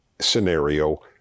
scenario